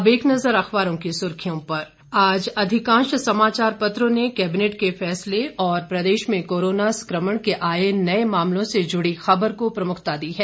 अब एक नजर अखबारों की सुर्खियों पर आज अधिकांश समाचार पत्रों ने कैबिनेट के फैसले और प्रदेश में कोरोना संक्रमण के आए नए मामलों से जुड़ी खबर को प्रमुखता दी है